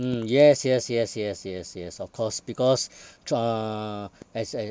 mm yes yes yes yes yes yes of course because through uh as